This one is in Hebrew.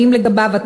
ביקש